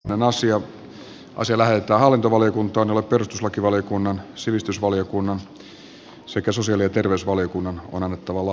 puhemiesneuvosto ehdottaa että asia lähetetään hallintovaliokuntaan jolle perustuslakivaliokunnan sivistysvaliokunnan sekä sosiaali ja terveysvaliokunnan on annettu